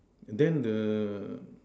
then the